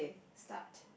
start